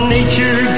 Nature